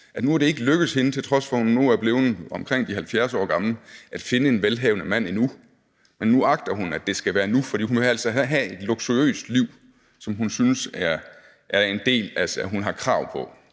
det er ikke lykkedes hende, til trods for at hun nu er blevet omkring de 70 år gammel, at finde en velhavende mand, men nu agter hun, at det skal være nu, for hun vil altså have et luksuriøst liv, som hun synes hun har krav på.